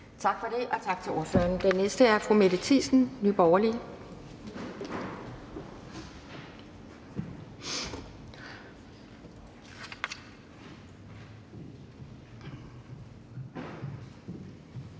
Tak for det, og tak til ordføreren. Den næste er fru Mette Thiesen, Nye Borgerlige.